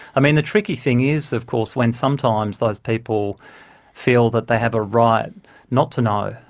i mean, the tricky thing is, of course, when sometimes those people feel that they have a right not to know,